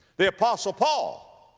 the apostle paul,